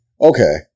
Okay